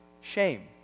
shame